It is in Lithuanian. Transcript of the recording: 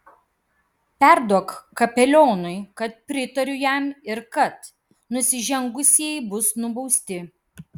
perduok kapelionui kad pritariu jam ir kad nusižengusieji bus nubausti